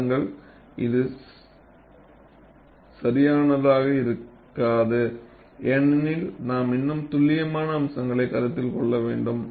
பாருங்கள் இது சரியானதாக இருக்காது ஏனெனில் நாம் இன்னும் துல்லியமான அம்சங்களை கருத்தில் கொள்ளவேண்டும்